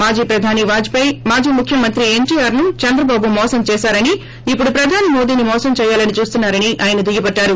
మాజీ ప్రధాని వాజ్పయి మాజీ ముఖ్యమంత్రి ఎన్టీఆర్ను చంద్రబాబు మోసం చేశారని ఇప్పుడు ప్రధాని మోదీని మోసం దేయాలని చూస్తున్నారని ఆయన దుయ్యబట్టారు